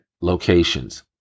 locations